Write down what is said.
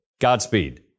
Godspeed